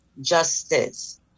Justice